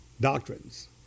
doctrines